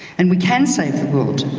and we can save the world.